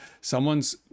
someone's